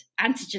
antigen